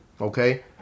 Okay